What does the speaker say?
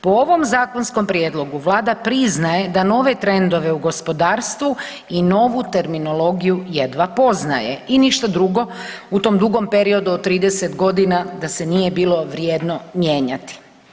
Po ovom zakonskom prijedlogu Vlada priznaje da nove trendove u gospodarstvu i novu terminologiju jedva poznaje i ništa drugo u tom dugom periodu od 30 godina da se nije bilo vrijedno mijenjati.